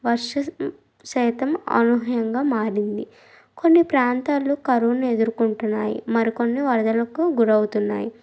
వర్ష సైతం అనూహ్యంగా మారింది కొన్ని ప్రాంతాలు కరువుని ఎదుర్కొంటున్నాయి మరి కొన్ని వరదలకు గురవుతున్నాయి